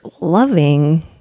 loving